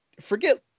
forget